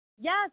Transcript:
Yes